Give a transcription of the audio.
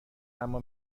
اما